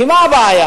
כי מה הבעיה,